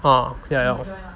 orh ya ya